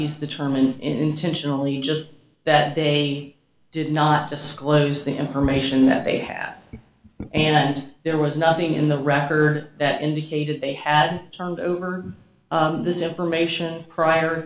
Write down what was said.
use the term in intentionally just that they did not disclose the information that they had and there was nothing in the rafter that indicated they had turned over this information prior